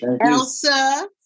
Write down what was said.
Elsa